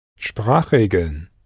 Sprachregeln